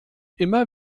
immer